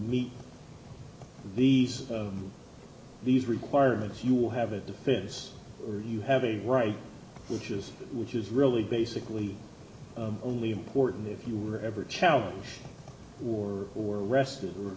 meat these of these requirements you will have a defense or you have a right which is which is really basically only important if you were ever challenge or or